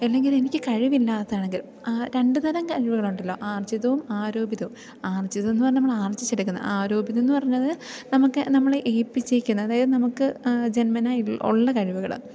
അല്ലെങ്കിൽ എനിക്ക് കഴിവില്ലാത്തതാണെങ്കിൽ ആ രണ്ട് തരം കഴിവുകളുണ്ടല്ലോ ആർജ്ജിതവും ആരോപിതവും ആർജ്ജിതമെന്നു പറഞ്ഞാൽ നമ്മൾ ആർജ്ജിച്ചെടുക്കുന്ന ആരോപിതമെന്നു പറഞ്ഞത് നമുക്ക് നമ്മൾ ഏൽപ്പിച്ചിരിക്കുന്ന അതായത് നമുക്ക് ജന്മനാ ഇൾ ഉള്ള കഴിവുകൾ